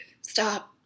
Stop